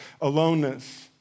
aloneness